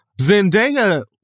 Zendaya